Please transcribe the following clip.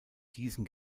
diesen